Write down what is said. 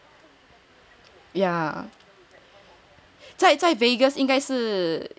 yeah 在 Vegas 应该是应该是 you did it ah